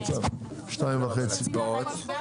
הצבענו.